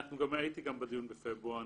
הייתי גם בדיון בפברואר.